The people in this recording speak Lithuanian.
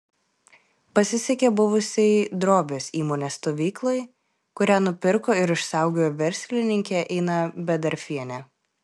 pasisekė buvusiai drobės įmonės stovyklai kurią nupirko ir išsaugojo verslininkė ina bedarfienė